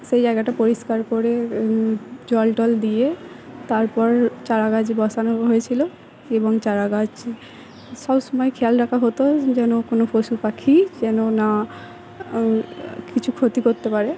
সেই জায়গাটা পরিষ্কার করে জল টল দিয়ে তারপর চারাগাছ বসানো হয়েছিলো এবং চারাগাছ সবসময় খেয়াল রাখা হতো যেন কোনো পশুপাখি যেন না কিছু ক্ষতি করতে পারে